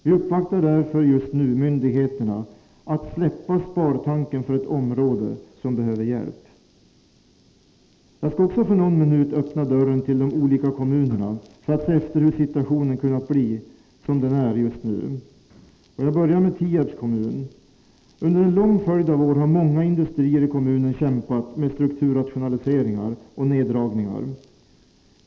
Vi uppvaktar därför just nu myndigheterna med begäran om att de skall släppa spartanken för ett område som behöver hjälp. Jag skall för någon minut öppna dörren till de olika kommunerna för att se efter hur situationen har kunnat bli som den är just nu. Jag börjar med Tierps kommun. Under en följd av år har många industrier i kommunen kämpat med strukturrationaliseringar och neddragningar.